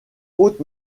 haute